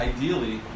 Ideally